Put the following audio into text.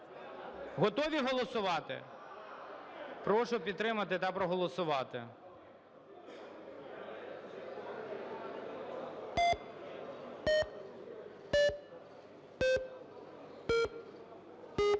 Готові голосувати? Прошу підтримати та проголосувати.